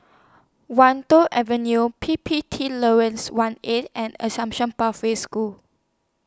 Wan Tho Avenue P P T one A and Assume Pathway School